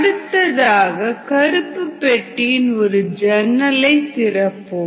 அடுத்ததாக கருப்பு பெட்டியின் ஒரு ஜன்னலை திறப்போம்